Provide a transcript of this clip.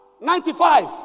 ninety-five